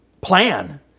plan